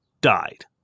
died